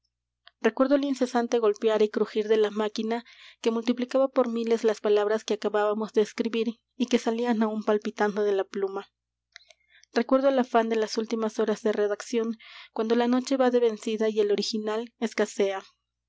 recuerdo el incesante golpear y crujir de la máquina que multiplicaba por miles las palabras que acabábamos de escribir y que salían aún palpitando de la pluma recuerdo el afán de las últimas horas de redacción cuando la noche va de vencida y el original escasea